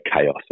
chaos